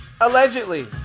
allegedly